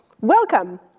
Welcome